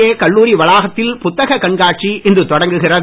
ஏ கல்லூரி வளாகத்தில் புத்தக கண்காட்சி இன்று தொடங்குகிறது